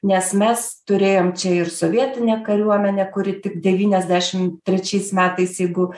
nes mes turėjom čia ir sovietinę kariuomenę kuri tik devyniasdešim trečiais metais jeigu